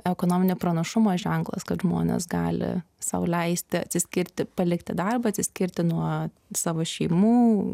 ekonominio pranašumo ženklas kad žmonės gali sau leisti atsiskirti palikti darbą atsiskirti nuo savo šeimų